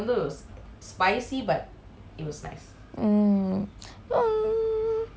mm let me ask you okay so what is your favorite drink